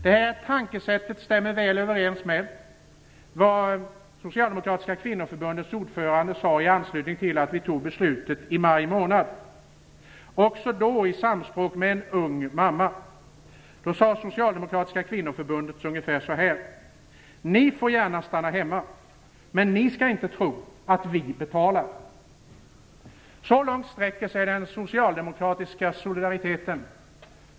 Detta tankesätt stämmer väl överens med vad socialdemokratiska kvinnoförbundets ordförande sade i anslutning till beslutet i maj månad, också då i samspråk med en ung mamma. Hon sade ungefär så här: Ni får gärna stanna hemma, men ni skall inte tro att vi betalar. Så långt sträcker sig den socialdemokratiska solidariteten!